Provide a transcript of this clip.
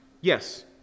Yes